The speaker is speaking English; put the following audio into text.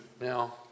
Now